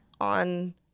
on